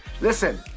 Listen